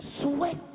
sweat